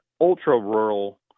ultra-rural